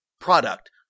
product